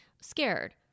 scared